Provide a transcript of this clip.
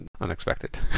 unexpected